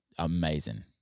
Amazing